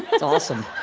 it's awesome